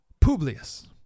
Publius